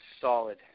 solid